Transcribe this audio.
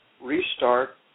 restart